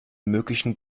möglichen